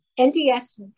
NDS